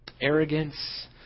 arrogance